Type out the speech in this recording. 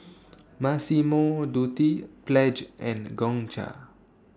Massimo Dutti Pledge and Gongcha